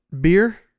Beer